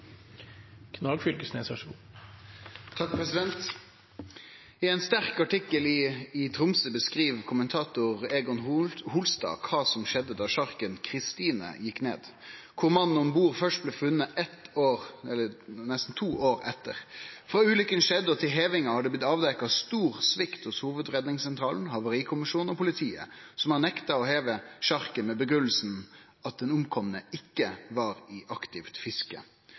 en sterk artikkel i iTromsø beskriver kommentator Egon Holstad hva som skjedde da sjarken «Kristine» gikk ned, hvor mannen ombord først ble funnet et år etter. Fra ulykken skjedde og til hevingen har det blitt avdekket stor svikt hos Hovedredningssentralen, Havarikommisjonen og politiet, som har nektet å heve sjarken med begrunnelsen at den omkomne «ikke var i aktivt fiske».